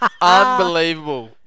Unbelievable